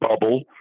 bubble